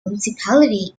municipality